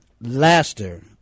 Laster